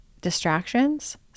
distractions